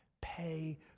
pay